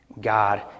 God